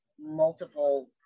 multiple